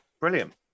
Brilliant